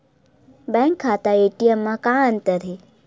Bank खाता ATM मा का अंतर हे?